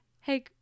hey